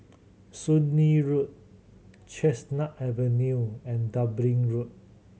Soon Lee Road Chestnut Avenue and Dublin Road